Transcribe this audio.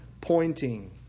pointing